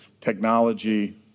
technology